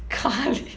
karlid